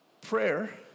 Prayer